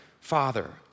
Father